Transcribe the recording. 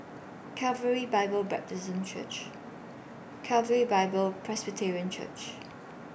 Calvary Bible Presbyterian Church Calvary Bible Presterian Church